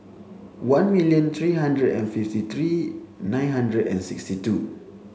one million three hundred and fifty three nine hundred and sixty two